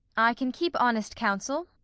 i can keep honest counsel,